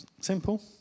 Simple